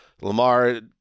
Lamar –